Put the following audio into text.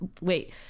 wait